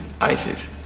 ISIS